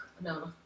no